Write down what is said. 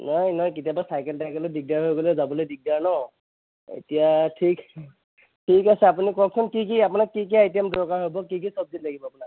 নাই নাই কেতিয়াবা চাইকেল তাইকেলত দিগদাৰ হৈ গ'লে যাবলৈ দিগদাৰ ন এতিয়া ঠিক ঠিক আছে আপুনি কওকচোন কি কি আপোনাক কি কি আইটেম দৰকাৰ হ'ব কি কি চবজি লাগিব আপোনাক